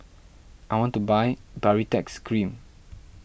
I want to buy Baritex Cream